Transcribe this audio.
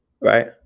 Right